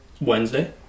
Wednesday